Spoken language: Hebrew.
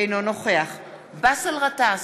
אינו נוכח באסל גטאס,